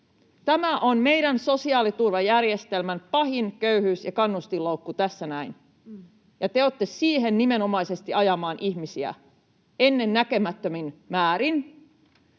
Tämä on meidän sosiaaliturvajärjestelmän pahin köyhyys‑ ja kannustinloukku tässä näin, ja te olette siihen nimenomaisesti ajamassa ihmisiä ennennäkemättömin määrin.